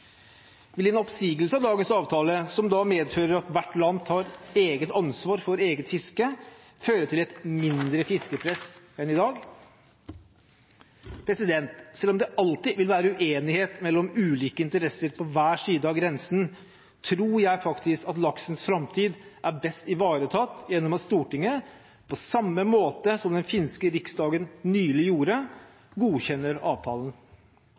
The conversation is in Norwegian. Vil en oppsigelse av dagens avtale, som da medfører at hvert land tar eget ansvar for eget fiske, føre til et mindre fiskepress enn i dag? Selv om det alltid vil være uenighet mellom ulike interesser på hver side av grensen, tror jeg faktisk at laksens framtid er best ivaretatt gjennom at Stortinget, på samme måte som den finske riksdagen nylig gjorde, godkjenner avtalen.